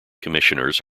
commissioners